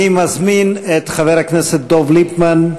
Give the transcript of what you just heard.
אני מזמין את חבר הכנסת דב ליפמן,